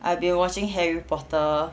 I've been watching harry potter